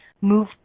move